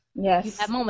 Yes